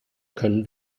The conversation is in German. können